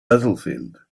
battlefield